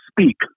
speak